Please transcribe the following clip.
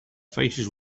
faces